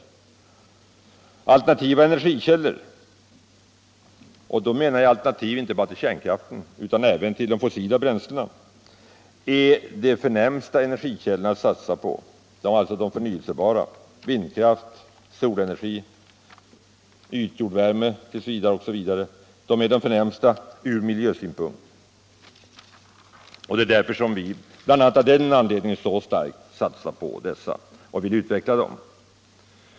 Av alternativa energikällor — och då menar jag alternativ inte bara till kärnkraften utan även till de fossila bränslena — är de förnyelsebara de förnämsta att satsa på från miljösynpunkt: vindkraft, solenergi, ytjordvärme osv. Det är bl.a. av den anledningen vi så starkt satsar på dessa och vill utveckla dem.